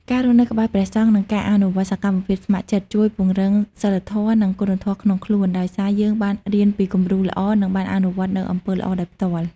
ការរស់នៅក្បែរព្រះសង្ឃ និងការអនុវត្តសកម្មភាពស្ម័គ្រចិត្ត ជួយពង្រឹងសីលធម៌ និងគុណធម៌ក្នុងខ្លួន ដោយសារយើងបានរៀនពីគំរូល្អ និងបានអនុវត្តនូវអំពើល្អដោយផ្ទាល់។